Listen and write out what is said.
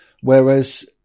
whereas